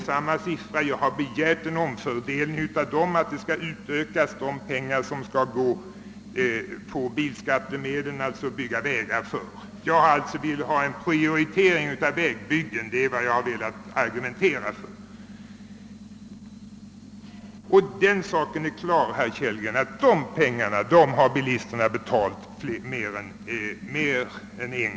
Jag har bara begärt en sådan omfördelning av de medel som står till AMS” förfogande att mer pengar går till vägbyggande. Jag vill alltså ha en prioritering av vägbyggandet, och det är det jag har argumenterat för. De pengarna har bilisterna betalat mer än en gång — den saken är klar, herr Kellgren.